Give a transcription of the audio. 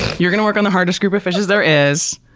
you're going to work on the hardest group of fishes there is.